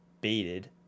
baited